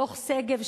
דוח-שגב,